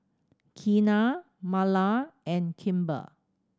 Keanna Marla and Kimber